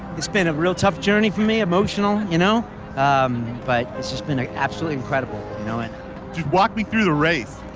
it's been a real tough journey for me, emotional, you know um but it's just been ah absolutely incredible. you know and just walk me through the race,